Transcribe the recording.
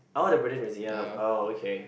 oh the British Museum okay